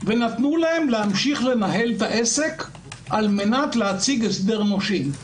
ונתנו להם להמשיך לנהל את העסק כדי להציג הסדר נושים.